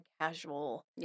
casual